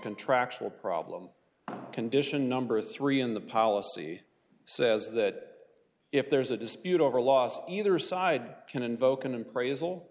contractual problem condition number three in the policy says that if there is a dispute over lost either side can invoke an appraisal